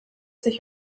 sich